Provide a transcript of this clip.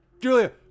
Julia